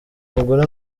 mugore